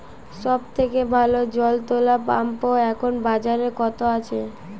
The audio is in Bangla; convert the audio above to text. সব থেকে ভালো জল তোলা পাম্প এখন বাজারে কত আছে?